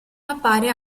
appare